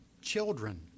children